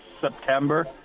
September